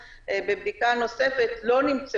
האם יש לחברי הכנסת שאלות למשרד המשפטים?